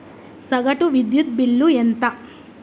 సగటు విద్యుత్ బిల్లు ఎంత?